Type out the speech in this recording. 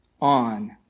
on